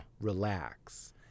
relax